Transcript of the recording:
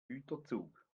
güterzug